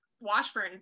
Washburn